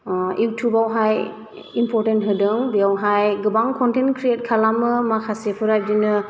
इउटुबावहाय important होदों बेयावहाय गोबां कन्टेन्ट क्रियेट खालामो माखासेफोरा बिदिनो